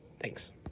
Thanks